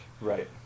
Right